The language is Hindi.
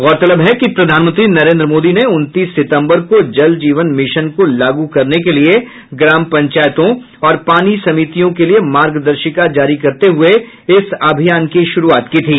गौरतलब है कि प्रधानमंत्री नरेन्द्र मोदी ने उनतीस सितंबर को जल जीवन मिशन को लागू करने के लिए ग्राम पंचायतों और पानी समितियों के लिए मार्गदर्शिका जारी करते हुए इस अभियान की शुरूआत की थी